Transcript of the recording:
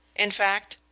in fact,